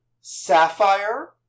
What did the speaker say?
Sapphire